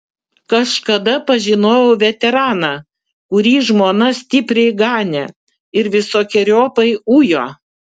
kažkada pažinojau veteraną kurį žmona stipriai ganė ir visokeriopai ujo